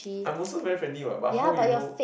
I'm also very friendly what but how you know